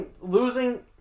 losing